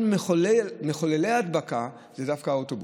אחד ממחוללי ההדבקה זה דווקא האוטובוס.